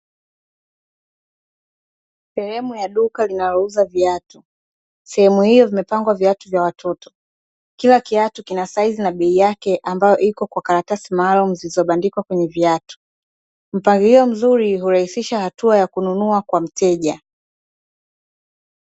Sehemu ya duka linalouza viatu, sehemu hiyo vimepangwa viatu vya watoto. Kila kiatu kina saizi na bei yake ambayo iko kwa karatasi maalumu zilizobandikwa kwenye viatu. Mpangilio mzuri hurahisisha hatua ya kununua kwa mteja.